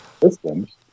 systems